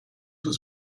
was